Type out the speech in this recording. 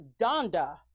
Donda